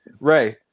Ray